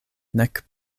nek